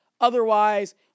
otherwise